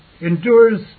endures